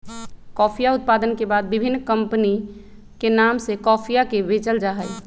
कॉफीया उत्पादन के बाद विभिन्न कमपनी के नाम से कॉफीया के बेचल जाहई